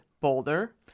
Boulder